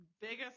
biggest